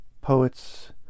poets